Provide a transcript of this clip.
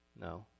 no